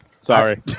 sorry